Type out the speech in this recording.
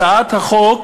הצעת החוק